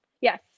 Yes